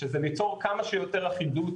שזה ליצור כמה שיותר אחידות